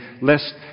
lest